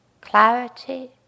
clarity